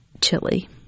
chili